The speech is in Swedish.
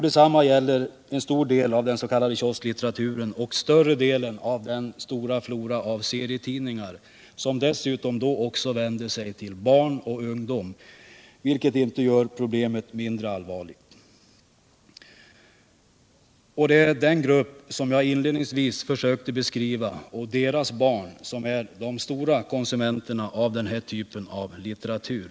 Detsamma gäller en stor del av den s.k. kiosklitteraturen och större delen av den stora floran av serietidningar som dessutom vänder sig till barn och ungdom, vilket inte gör problemet mindre allvarligt. Det är den grupp som jag inledningsvis försökte beskriva och deras barn som är de stora konsumenterna av den här typen av litteratur.